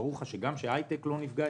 ברוך ה', גם ההייטק לא נפגע.